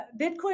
Bitcoin